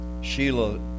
Sheila